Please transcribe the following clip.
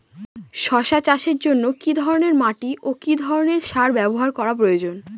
শশা চাষের জন্য কি ধরণের মাটি ও কি ধরণের সার ব্যাবহার করা প্রয়োজন?